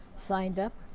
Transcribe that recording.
signed up,